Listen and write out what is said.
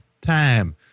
time